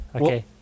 Okay